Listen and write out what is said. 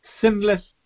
sinless